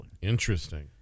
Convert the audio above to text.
Interesting